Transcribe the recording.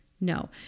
No